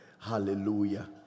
Hallelujah